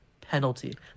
penalty